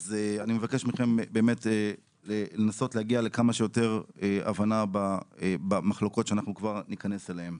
אני מבקש מכם לנסות להגיע לכמה שיותר הבנה במחלוקות שניכנס אליהן.